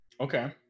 okay